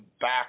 back